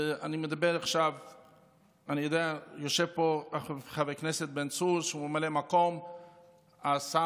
ויושב פה חבר הכנסת בן צור, שהוא ממלא מקום השר,